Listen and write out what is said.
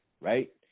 right